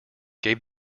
gave